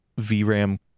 VRAM